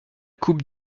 coupe